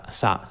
sa